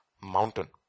mountain